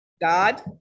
God